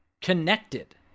Connected